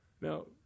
Now